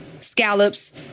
scallops